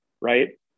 right